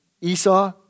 Esau